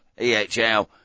EHL